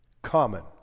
Common